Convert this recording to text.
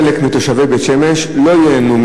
חלק מתושבי בית-שמש לא ייהנו,